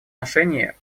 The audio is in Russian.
отношении